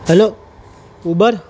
hello Uber